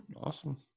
Awesome